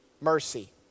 mercy